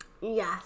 Yes